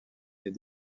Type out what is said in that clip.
est